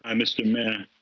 um mr. mayor.